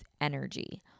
energy